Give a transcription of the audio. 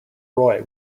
roy